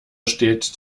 steht